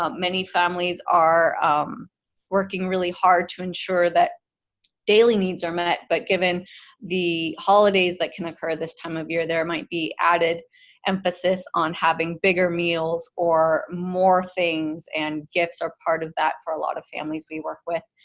um many families are working really hard to ensure that daily needs are met, but given the holidays that can occur this time of year, there might be added emphasis on having bigger meals or more things and gifts are part of that for a lot of families we work with.